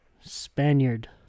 Spaniard